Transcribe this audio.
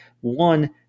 one